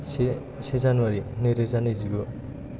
से जानुवारि नैरोजा नैजिगु